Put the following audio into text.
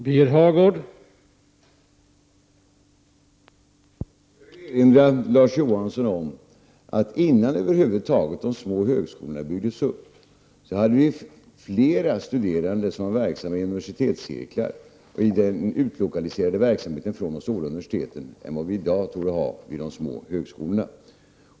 Herr talman! Jag vill erinra Larz Johansson om att innan de små högskolorna över huvud taget byggdes upp, hade vi fler studerande, som var verksamma i universitetscirklar i den från de stora universiteten utlokaliserade verksamheten, än vad vi i dag torde ha vid de små högskolorna.